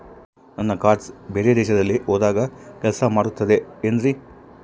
ನನ್ನ ಕಾರ್ಡ್ಸ್ ಬೇರೆ ದೇಶದಲ್ಲಿ ಹೋದಾಗ ಕೆಲಸ ಮಾಡುತ್ತದೆ ಏನ್ರಿ?